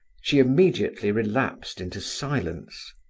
she immediately relapsed into silence.